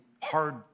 hard